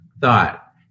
thought